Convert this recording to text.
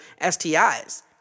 STIs